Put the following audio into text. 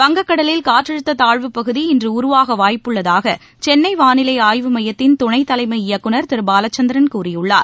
வங்கக் கடலில் காற்றழுத்த தாழ்வுப் பகுதி இன்று உருவாக வாய்ப்புள்ளதாக சென்னை வானிலை ஆய்வு மையத்தின் துணை தலைமை இயக்குநர் திரு பாலச்சந்திரன் கூறியுள்ளார்